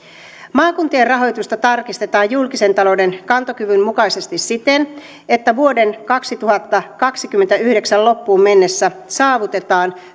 maakuntien rahoitusta tarkistetaan julkisen talouden kantokyvyn mukaisesti siten että vuoden kaksituhattakaksikymmentäyhdeksän loppuun mennessä saavutetaan